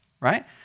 right